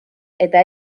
eta